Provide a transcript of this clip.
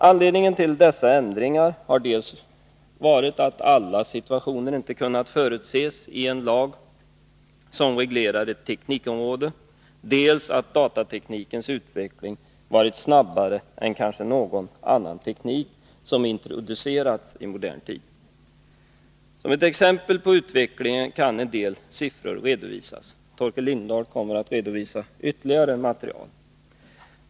Anledningen till dessa ändringar har dels varit att alla situationer inte kunnat förutses i en lag som reglerar ett teknikområde, dels att datateknikens utveckling varit snabbare än kanske någon annan teknik som introducerats i modern tid. Som ett exempel på utvecklingen kan en del siffror redovisas. Torkel Lindahl kommer att redovisa ytterligare material.